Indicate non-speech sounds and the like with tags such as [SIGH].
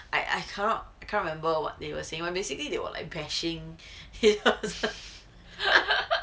I I ca~ cannot remember what they were saying what basically they were like bashing [LAUGHS]